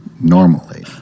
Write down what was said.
normally